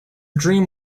dream